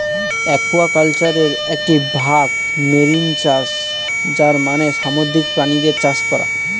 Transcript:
একুয়াকালচারের একটি ভাগ মেরিন চাষ যার মানে সামুদ্রিক প্রাণীদের চাষ করা